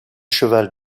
cheval